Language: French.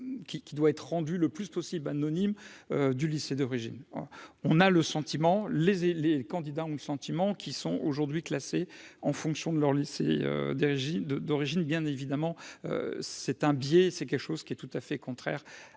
qui doit être rendu le plus possible anonyme du lycée d'origine, on a le sentiment, les, les candidats ont le sentiment qu'ils sont aujourd'hui classés en fonction de leur lycée d'de d'origine, bien évidemment, c'est un billet, c'est quelque chose qui est tout à fait contraire